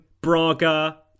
Braga